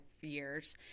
years